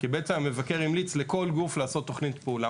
כי בעצם המבקר המליץ לכל גוף לעשות תוכנית פעולה.